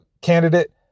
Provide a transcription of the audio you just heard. candidate